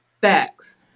Facts